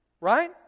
Right